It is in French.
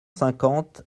cinquante